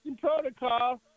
protocol